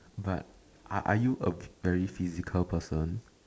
but are are you a very physical person